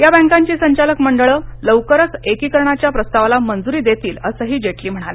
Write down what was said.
या बँकांची संचालक मंडळ लवकरच एकीककरणाच्या प्रस्तावाला मंजूरी देतील असं जेटली म्हणाले